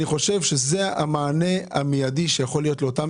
אני חושב שזה המענה המיידי שיכול להיות לאותם